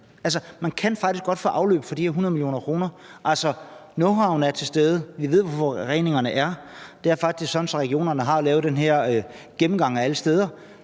Man kan faktisk godt finde de 100 mio. kr. Knowhowen er til stede, og vi ved, hvor forureningerne er – det er faktisk sådan, at regionerne har lavet den her gennemgang af alle stederne.